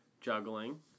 juggling